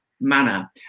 manner